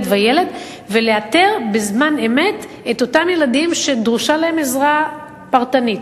וילד ולאתר בזמן אמת את אותם ילדים שדרושה להם עזרה פרטנית,